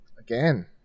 again